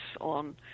on